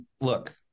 look